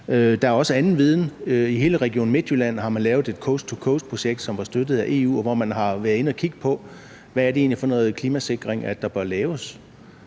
Der er også anden viden. I hele Region Midtjylland har man lavet et coast to coast-projekt, som er støttet af EU, og hvor man har været inde at kigge på, hvad det egentlig er for noget klimasikring, der bør laves.